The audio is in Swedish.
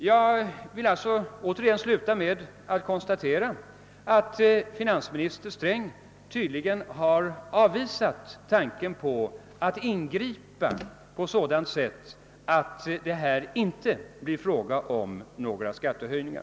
Jag vill slutligen återigen konstatera att finansminister Sträng tydligen har avvisat tanken på att ingripa på ett sådant sätt, att det inte blir fråga om några skattehöjningar.